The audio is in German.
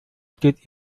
steht